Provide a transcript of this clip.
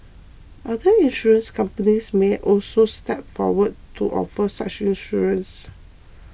other insurance companies may also step forward to offer such insurance